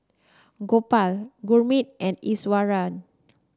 Gopal Gurmeet and Iswaran